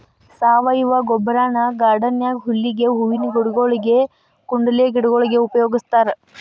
ಸಾವಯವ ಗೊಬ್ಬರನ ಗಾರ್ಡನ್ ನ್ಯಾಗ ಹುಲ್ಲಿಗೆ, ಹೂವಿನ ಗಿಡಗೊಳಿಗೆ, ಕುಂಡಲೆ ಗಿಡಗೊಳಿಗೆ ಉಪಯೋಗಸ್ತಾರ